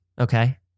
Okay